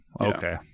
Okay